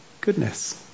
goodness